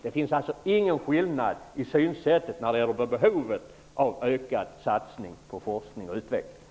Det finns alltså ingen skillnad i synsättet när det gäller behovet av ökad satsning på forskning och utveckling.